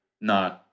no